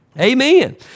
Amen